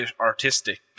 artistic